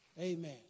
Amen